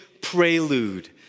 prelude